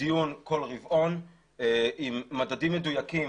דיון כל רבעון עם מדדים מדויקים,